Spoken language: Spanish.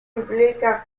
implica